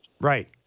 right